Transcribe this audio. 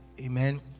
Amen